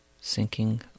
sinking